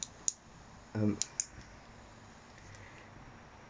um